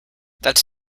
that’s